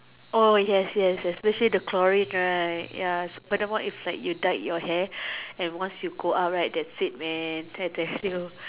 oh yes yes yes especially the chlorine right ya but the more if like you dyed your hair and once you go up right that's it man I tell you